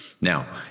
Now